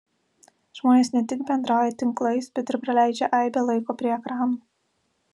žmonės ne tik bendrauja tinklais bet ir praleidžia aibę laiko prie ekranų